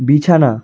বিছানা